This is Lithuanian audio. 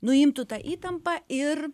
nuimtų tą įtampą ir